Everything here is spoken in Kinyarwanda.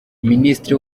ministre